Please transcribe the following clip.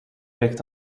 blijkt